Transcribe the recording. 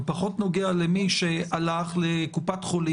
הוא פחות נוגע למי שהלך לקופת חולים,